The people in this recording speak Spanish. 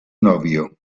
novio